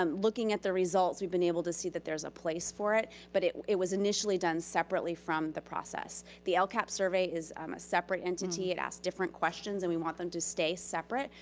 um looking at the results, we've been able to see that there's a place for it. but it it was initially done separately from the process. the lcap surveys um a separate entity. it asks different questions and we want them to stay separate.